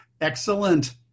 excellent